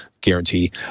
guarantee